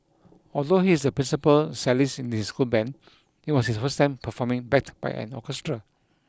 although he is the principal cellist in his school band it was his first time performing backed by an orchestra